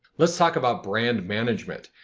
let's talk about brand management.